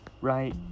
Right